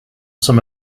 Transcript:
some